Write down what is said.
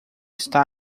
está